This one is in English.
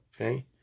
Okay